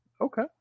Okay